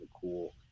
cool